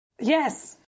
Yes